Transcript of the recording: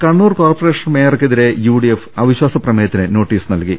Kannur corporation മേയർക്കെതിരെ യുഡിഎഫ് അവിശ്വാസ പ്രമേയത്തിന് നോട്ടീസ് നൽകി